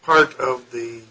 part of the